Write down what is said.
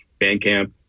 Bandcamp